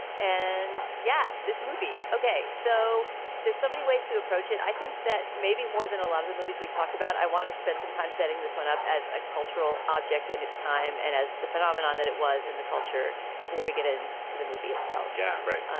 and yeah, this movie. ok. so there's so many ways to approach it. i think that maybe more than a lot of the movies we've talked about. i want to spend some time setting this one up as a cultural object in its time and as the phenomenon that it was in the culture before we get in to the movie itself. yeah. right. um